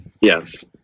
Yes